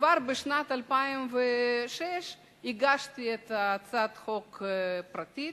כבר בשנת 2006 הגשתי הצעת חוק פרטית: